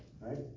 right